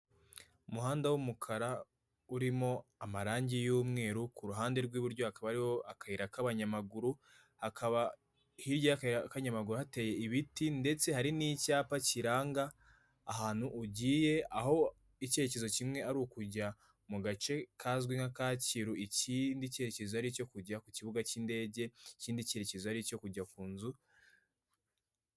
Umuhanda w'umukara urimo amarangi y'umweru kuruhande rw'iburyo hakaba hariho akayira k'abanyamaguru hakaba hirya yakayira k'abanyamaguru hateye ibiti ndetse hari n'icyapa kiranga ahantu ugiye aho icyerekezo kimwe ari ukujya mu gace kazwi nka Kacyiru ikindi cyerekezo aricyo kujya ku kibuga cy'indege icyindi cyerekezo aricyo kujya ku inzu.